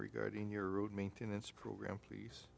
regarding your road maintenance program please